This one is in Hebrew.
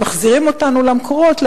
הם מחזירים אותנו למקורות,